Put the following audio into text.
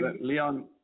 Leon